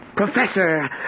Professor